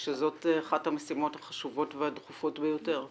שזאת אחת המשימות החשובות והדחופות ביותר.